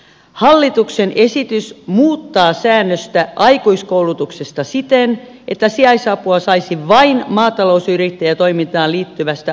hallituksen esitys muuttaa säännöstä aikuiskoulutuksesta siten että sijaisapua saisi vain maatalousyrittäjätoimintaan liittyvästä aikuiskoulutuksesta